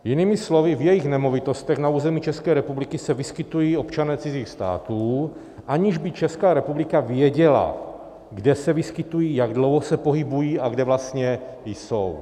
Jinými slovy, v jejich nemovitostech na území České republiky se vyskytují občané cizích států, aniž by Česká republika věděla, kde se vyskytují, jak dlouho se pohybují a kde vlastně jsou.